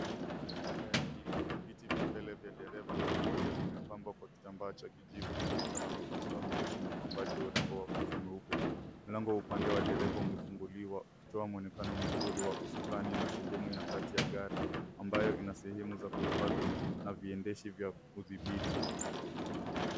Ndani ya gari hili viti vya mbele vya dereva na abiria vimepambwa kwa kitambaa cha kijivu kilicho na mipasuo meusi na upambaji wa urembo wa uzi mweupe. Mlango wa upande wa dereva umefunguliwa ukitoa mwonekano mzuri wa usukani na sehemu ya kati ya gari ambayo ina sehemu za kuhifadhi na viendeshi vya kudhibiti.